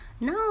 Now